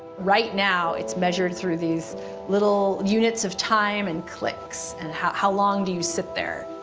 right now it's measured through these little units of time and clicks, and how how long do you sit there.